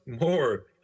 more